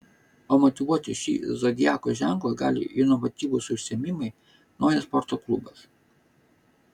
o motyvuoti šį zodiako ženklą gali inovatyvūs užsiėmimai naujas sporto klubas